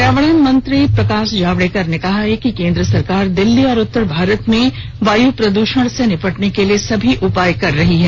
पर्यावरण मंत्री प्रकाश जावड़ेकर ने कहा है कि केंद्र सरकार दिल्ली और उत्तर भारत में वायू प्रद्रषण से निपटने के लिए सभी उपाय कर रही है